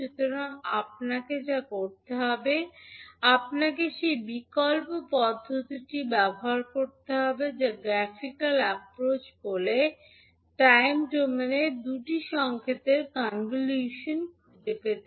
সুতরাং আপনাকে যা করতে হবে আপনাকে সেই বিকল্প পদ্ধতির ব্যবহার করতে হবে যা গ্রাফিকাল অ্যাপ্রোচ বলে ডাইম ডোমেনে দুটি সংকেতের কনভলিউশন খুঁজে পেতে